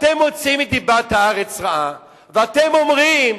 אתם מוציאים דיבת הארץ רעה, ואתם אומרים,